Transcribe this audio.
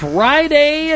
Friday